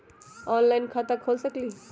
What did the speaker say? Online खाता खोल सकलीह?